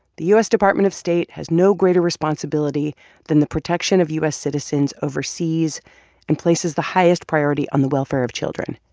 the u s. department of state has no greater responsibility than the protection of u s. citizens overseas and places the highest priority on the welfare of children.